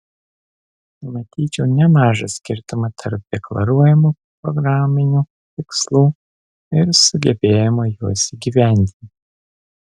matyčiau nemažą skirtumą tarp deklaruojamų programinių tikslų ir sugebėjimo juos įgyvendinti